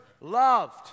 loved